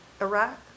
Iraq